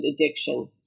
addiction